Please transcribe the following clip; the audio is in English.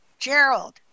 Gerald